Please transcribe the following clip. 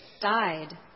died